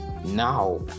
now